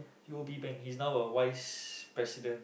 U_O_B bank he's now a vice president